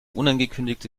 unangekündigte